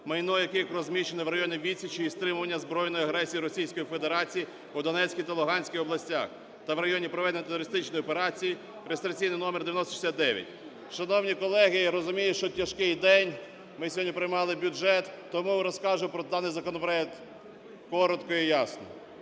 майно яких розміщено в районі відсічі і стримування збройної агресії Російської Федерації в Донецькій та Луганській областях, та в районі проведення антитерористичної операції (реєстраційний номер 9069). Шановні колеги, я розумію, що тяжкий день, ми сьогодні приймали бюджет, тому розкажу про даний законопроект коротко і ясно.